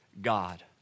God